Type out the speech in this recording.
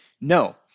no